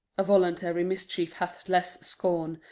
a voluntary mischief hath less scorn,